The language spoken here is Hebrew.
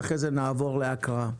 ואחרי זה נעבור להקראה.